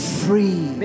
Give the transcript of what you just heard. free